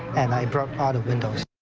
and i broke out of windows.